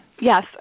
yes